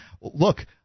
look